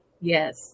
Yes